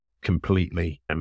completely